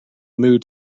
mood